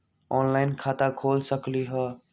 Online खाता खोल सकलीह?